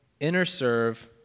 InnerServe